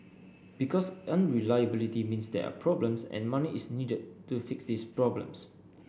because unreliability means there are problems and money is needed to fix these problems